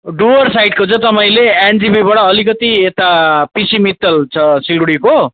डुवर्स साइडको चाहिँ तपाईँले एनजेपीबाट अलिकति यता पिसी मित्तल छ सिलगढीको